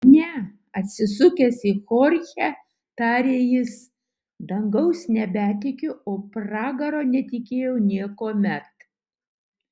ne atsisukęs į chorchę tarė jis dangaus nebetikiu o pragaro netikėjau niekuomet